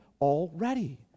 already